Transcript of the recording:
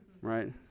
right